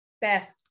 beth